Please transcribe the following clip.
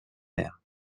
mer